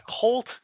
Colt